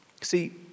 See